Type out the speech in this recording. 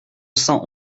cent